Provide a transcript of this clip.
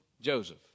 Joseph